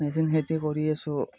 machine খেতি কৰি আছোঁ